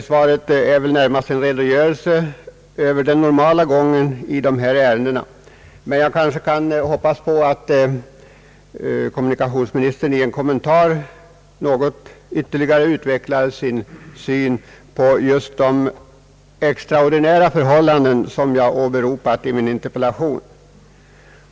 Svaret var närmast en redogörelse över den normala gången i dessa ärenden. Jag kanske kan hoppas på att kommunikationsministern i en kommentar något ytterligare utvecklar sin syn på just de extraordinära förhållanden som jag åberopat i min interpellation.